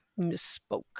misspoke